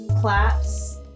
claps